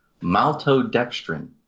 Maltodextrin